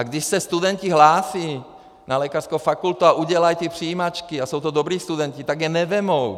Když se studenti hlásí na lékařskou fakultu, udělají přijímačky a jsou to dobří studenti, tak je nevezmou.